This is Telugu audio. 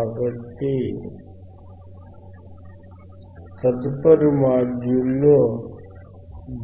కాబట్టి తదుపరి మాడ్యూల్లో